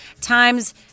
times